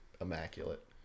immaculate